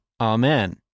Amen